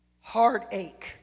heartache